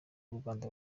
rwanda